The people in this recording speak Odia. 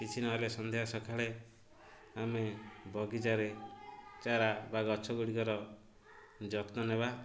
କିଛି ନହେଲେ ସନ୍ଧ୍ୟା ସକାଳେ ଆମେ ବଗିଚାରେ ଚାରା ବା ଗଛଗୁଡ଼ିକର ଯତ୍ନ ନେବା